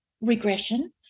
regression